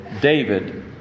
david